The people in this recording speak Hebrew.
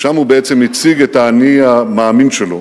שם הוא בעצם הציג את ה"אני מאמין" שלו.